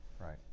right